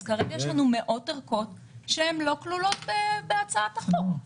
אז כרגע יש לנו מאות ערכות שלא כלולות בהצעת החוק.